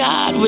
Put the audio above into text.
God